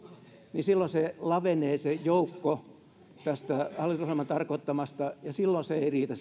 niin silloin se joukko lavenee hallitusohjelman tarkoittamasta ja silloin se satakahdeksankymmentäkolme miljoonaa ei riitä